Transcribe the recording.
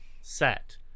set